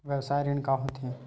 व्यवसाय ऋण का होथे?